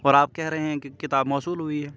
اور آپ کہہ رہے ہیں کہ کتاب موصول ہوئی ہے